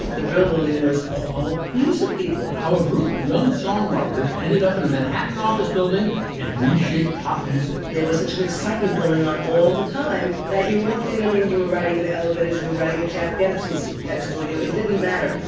the brill building was all music people how a group of young songwriters ended up in a manhattan office building and reshaped pop music there was such an excitement going on all the time that you walked in. i mean, you were riding in the elevator as you were writing a check. dempsey's next door. it didn't matter.